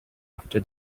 after